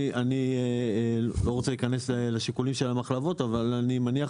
אני לא רוצה להיכנס לשיקולים של המחלבות אבל אני מניח